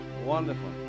Wonderful